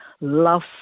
love